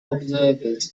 observers